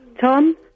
Tom